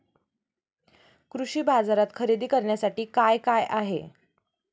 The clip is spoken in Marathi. कृषी बाजारात खरेदी करण्यासाठी काय काय आहे?